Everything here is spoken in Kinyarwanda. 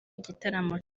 igitaramo